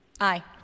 Aye